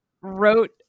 wrote